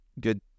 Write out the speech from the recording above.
good